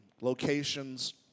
locations